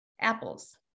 apples